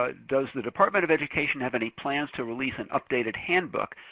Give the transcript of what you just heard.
ah does the department of education have any plans to release an updated handbook?